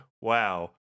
Wow